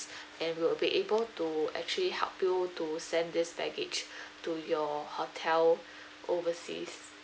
then we will be able to actually help you to send this baggage to your hotel overseas